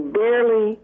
barely